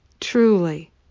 Truly